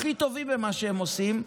והם הכי טובים במה שהם עושים,